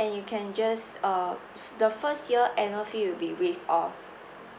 and you can just uh f~ the first year annual fee be waived off